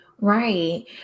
Right